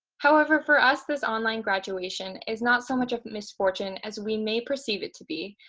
however, for us, this online graduation is not so much a misfortune as we may perceive it to be,